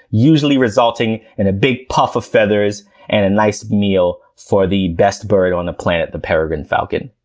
usually resulting in a big puff of feathers and a nice meal for the best bird on the planet, the peregrine falcon.